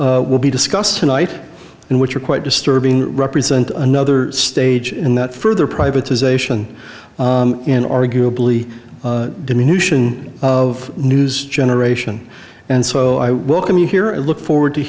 that will be discussed tonight and which are quite disturbing represent another stage in that further privatization and arguably diminution of news generation and so i welcome you here and look forward to